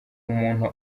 umuntu